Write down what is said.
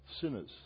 sinners